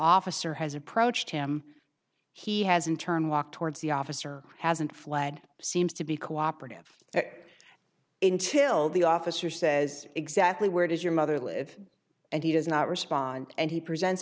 officer has approached him he has in turn walked towards the officer hasn't fled seems to be cooperative intil the officer says exactly where does your mother live and he does not respond and he presents